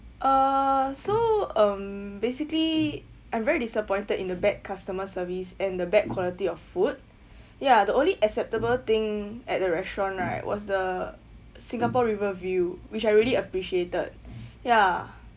uh so um basically I'm very disappointed in the bad customer service and the bad quality of food ya the only acceptable thing at the restaurant right was the singapore river view which I really appreciated ya